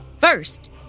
First